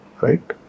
Right